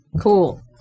Cool